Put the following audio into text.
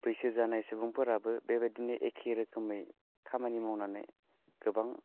बैसो जानाय सुबुंफोराबो बेबायदिनो एखे रोखोमै खामानि मावनानै गोबां